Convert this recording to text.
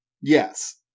Yes